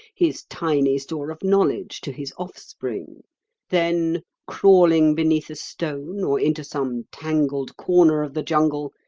his tiny store of knowledge to his offspring then, crawling beneath a stone, or into some tangled corner of the jungle,